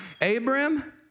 Abram